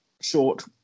short